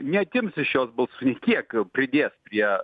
neatims iš jos balsų nei kiek pridės prie